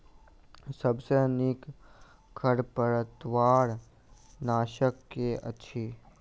सबसँ नीक खरपतवार नाशक केँ अछि?